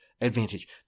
advantage